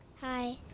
Hi